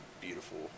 beautiful